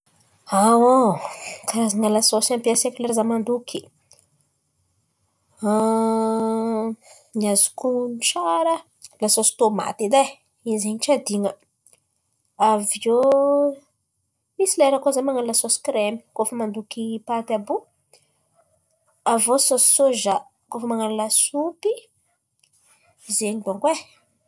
Karazan̈a lasôsy ampiasaiko lera izaho mandoky, ny azoko on̈ono tsara, lasôsy tomaty edy e, izy in̈y tsy adin̈a. Avy iô misy lera koa izaho man̈ano lasôsy krema kôa fa mandoky paty àby io, avy iô sôsy sôza kôa fa man̈ano lasopy, zen̈y dônko e.